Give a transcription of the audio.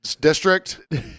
District